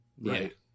Right